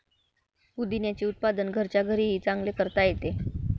पुदिन्याचे उत्पादन घरच्या घरीही चांगले करता येते